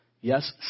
Yes